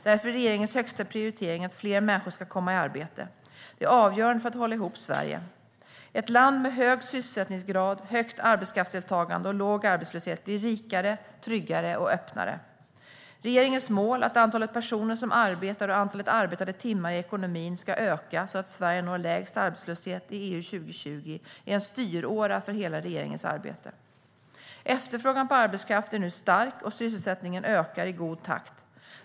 Därför är regeringens högsta prioritering att fler människor ska komma i arbete. Det är avgörande för att hålla ihop Sverige. Ett land med hög sysselsättningsgrad, högt arbetskraftsdeltagande och låg arbetslöshet blir rikare, tryggare och öppnare. Regeringens mål om att antalet personer som arbetar och antalet arbetade timmar i ekonomin ska öka så att Sverige når lägst arbetslöshet i EU 2020 - är en styråra för hela regeringens arbete. Efterfrågan på arbetskraft är nu stark och sysselsättningen ökar i god takt.